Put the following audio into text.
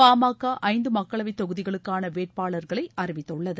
பாமக ஐந்து மக்களவைத் தொகுதிகளுக்கான வேட்பாளர்களை அறிவித்துள்ளது